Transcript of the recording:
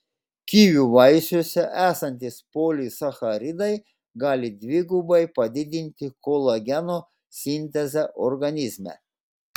kivių vaisiuose esantys polisacharidai gali dvigubai padidinti kolageno sintezę organizme